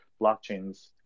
blockchains